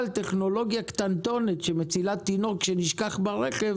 אבל טכנולוגיה קטנטונת שמצילה תינוק שנשכח ברכב